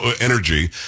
energy